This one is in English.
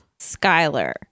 skyler